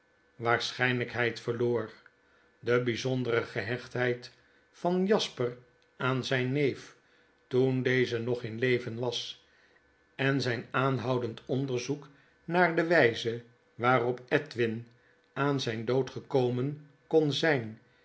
verloor de bijzondere gehechtheid van jasper aan zijn neef toen deze nog in leven was en zijn aanhoudend onderzoek naar de wyze waarop edwin aan zyn dood gekomen kon zyn